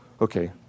Okay